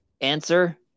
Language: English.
answer